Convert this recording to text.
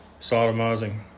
sodomizing